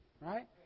Right